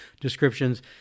descriptions